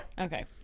Okay